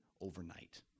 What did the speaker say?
overnight